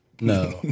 No